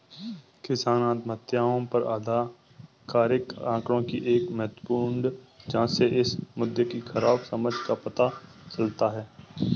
किसान आत्महत्याओं पर आधिकारिक आंकड़ों की एक महत्वपूर्ण जांच से इस मुद्दे की खराब समझ का पता चलता है